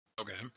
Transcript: Okay